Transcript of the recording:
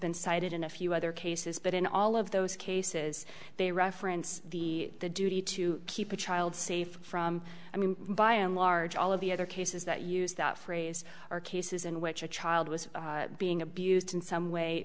been cited in a few other cases but in all of those cases they reference the the duty to keep the child safe from i mean by and large all of the other cases that use that phrase are cases in which a child was being abused in some way